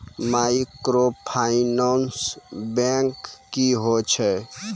Microfinance bank की होय छै?